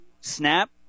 Snap